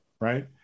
right